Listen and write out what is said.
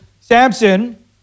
Samson